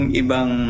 ibang